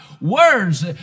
Words